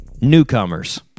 Newcomers